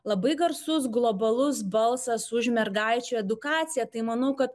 labai garsus globalus balsas už mergaičių edukacija tai manau kad